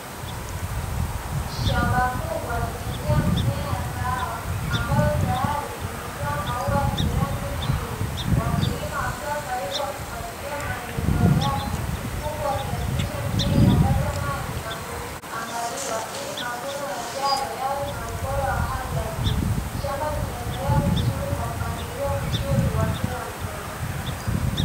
Shamba kubwa limejaa mimea ya kahawa ambayo tayari imetoa maua yenye rangi nzuri. Wakulima wakiwa karibu wakifwatilia maendeleo yake, huku wakihakikisha mimea inapata maji na kuangaliwa ili mavuno yajayo yawe na ubora wa hali ya juu. Shamba limeandaliwa vizuri kwa mpangilio mzuri wa kila mmea.